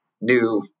new